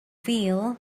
wheel